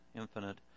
infinite